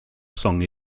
song